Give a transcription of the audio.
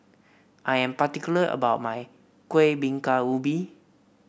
I am particular about my Kuih Bingka Ubi